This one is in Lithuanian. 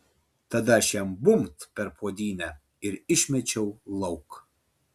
tada aš jam bumbt per puodynę ir išmečiau lauk